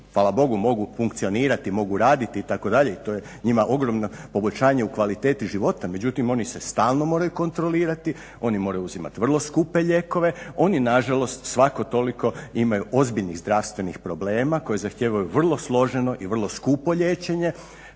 hvala Bogu mogu funkcionirati, mogu raditi itd. to je njima ogromno poboljšanje u kvaliteti života, međutim oni se stalno moraju kontrolirati, oni moraju uzimat vrlo skupe lijekove, oni nažalost svako toliko imaju ozbiljnih zdravstvenih problema koji zahtijevaju vrlo složeno i vrlo skupo liječenje.